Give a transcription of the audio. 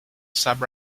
sub